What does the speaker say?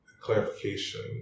clarification